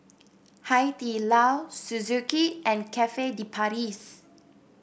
Hai Di Lao Suzuki and Cafe De Paris